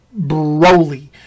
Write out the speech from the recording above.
Broly